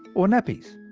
or nappies.